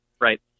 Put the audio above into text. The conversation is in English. Right